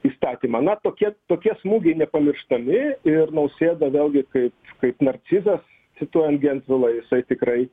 įstatymą na tokie tokie smūgiai nepamirštami ir nausėda vėlgi kaip kaip narcizas cituojant gentvilą jisai tikrai